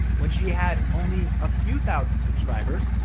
when she had only a few thousand subscribers,